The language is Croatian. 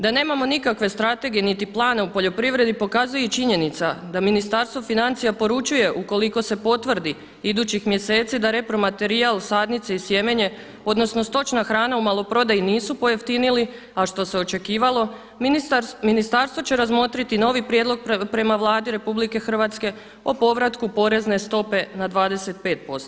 Da nemamo nikakve strategije niti plana u poljoprivredi pokazuje i činjenica da Ministarstvo financija poručuje ukoliko se potvrdi idućih mjeseci da repromaterijal, sadnice i sjemenje, odnosno stočna hrana u maloprodaji nisu pojeftinili a što se očekivalo ministarstvo će razmotriti novi prijedlog prema Vladi Republike Hrvatske o povratku porezne stope na 25%